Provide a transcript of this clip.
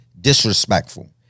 disrespectful